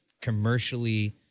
commercially